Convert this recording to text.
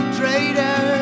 traitor